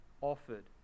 offered